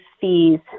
fees